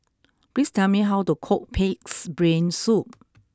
please tell me how to cook Pig'S Brain Soup